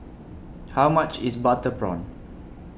How much IS Butter Prawn